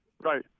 Right